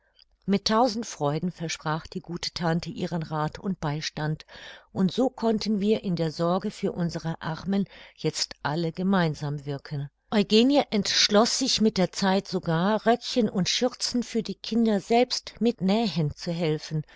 mit tausend freuden versprach die gute tante ihren rath und beistand und so konnten wir in der sorge für unsere armen jetzt alle gemeinsam wirken eugenie entschloß sich mit der zeit sogar röckchen und schürzen für die kinder selbst mit nähen zu helfen